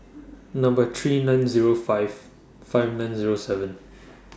three nine Zero five five nine Zero seven